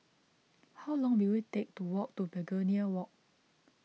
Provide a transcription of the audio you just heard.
how long will it take to walk to Begonia Walk